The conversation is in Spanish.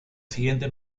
siguiente